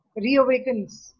reawakens